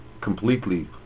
completely